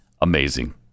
Amazing